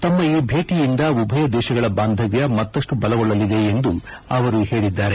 ತಮ್ಮ ಈ ಭೇಟಿಯಿಂದ ಉಭಯ ದೇಶಗಳ ಬಾಂದವ್ಯ ಮತ್ತಷ್ಟು ಬಲಗೊಳ್ಳಲಿದೆ ಎಂದಿದ್ದಾರೆ